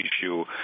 issue